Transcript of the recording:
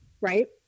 right